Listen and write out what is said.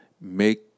make